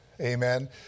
Amen